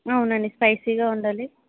అవునండి స్పైసీగా ఉండాలి